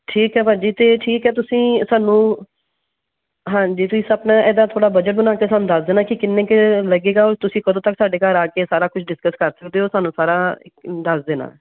ਠੀਕ ਹੈ ਭਾਅ ਜੀ ਅਤੇ ਠੀਕ ਹੈ ਤੁਸੀਂ ਸਾਨੂੰ ਹਾਂਜੀ ਤੁਸੀਂ ਆਪਣਾ ਇਹਦਾ ਥੋੜ੍ਹਾ ਬਜਟ ਬਣਾ ਕੇ ਸਾਨੂੰ ਦੱਸ ਦੇਣਾ ਕਿ ਕਿੰਨੇ ਕੁ ਲੱਗੇਗਾ ਔਰ ਤੁਸੀਂ ਕਦੋਂ ਤੱਕ ਸਾਡੇ ਘਰ ਆ ਕੇ ਸਾਰਾ ਕੁਝ ਡਿਸਕਸ ਕਰ ਸਕਦੇ ਹੋ ਸਾਨੂੰ ਸਾਰਾ ਇ ਦੱਸ ਦੇਣਾ